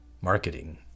marketing